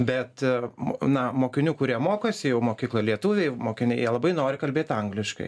bet na mokinių kurie mokosi jau mokykloj lietuviai mokiniai jie labai nori kalbėt angliškai